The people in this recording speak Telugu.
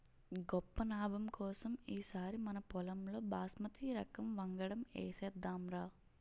గొప్ప నాబం కోసం ఈ సారి మనపొలంలో బాస్మతి రకం వంగడం ఏసేద్దాంరా